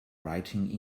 writing